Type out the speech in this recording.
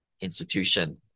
institution